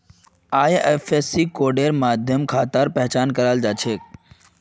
IFSC कोडेर माध्यम खातार पहचान कराल जा छेक